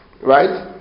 right